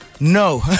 No